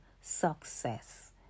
success